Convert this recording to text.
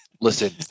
Listen